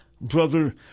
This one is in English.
brother